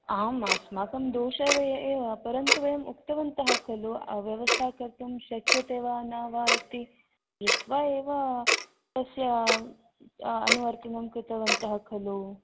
आम् अस्माकं दोषः एव परन्तु वयं उक्तवन्तः खलु व्यवस्था कर्तुं शक्यते वा न वा इति दृष्ट्वा एव तस्य अनुवर्तनं कृतवन्तः खलु